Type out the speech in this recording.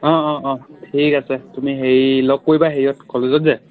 অঁ অঁ অঁ ঠিক আছে তুমি হেৰি লগ কৰিবা হেৰিত কলেজত যে